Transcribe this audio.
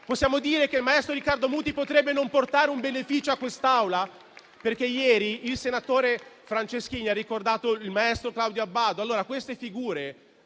Possiamo dire che il maestro Riccardo Muti potrebbe non portare un beneficio a quest'Aula? Ricordo che ieri il senatore Franceschini ha menzionato il maestro Claudio Abbado.